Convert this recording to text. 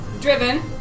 driven